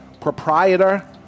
proprietor